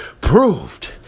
proved